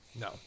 No